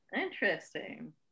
interesting